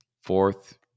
fourth